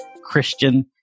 Christian